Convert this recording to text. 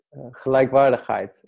Gelijkwaardigheid